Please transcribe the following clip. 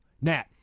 Nat